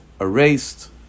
erased